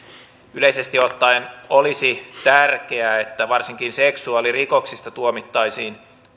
yleisesti ottaen olisi tärkeää että varsinkin seksuaalirikoksista tuomittaisiin